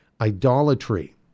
idolatry